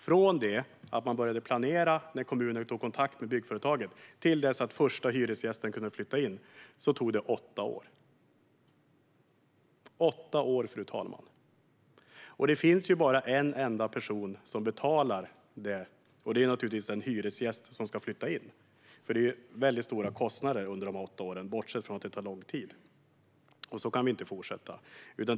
Från det att kommunen tog kontakt och man började planera till att den första hyresgästen kunde flytta in tog det åtta år. Åtta år, fru talman! Och det finns ju bara en enda person som betalar för detta, och det är den hyresgäst som ska flytta in. Bortsett från att det tar lång tid är det väldigt stora kostnader under de här åtta åren, och så kan vi inte fortsätta.